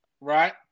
right